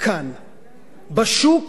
בשוק הקטן הזה שלנו.